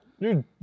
dude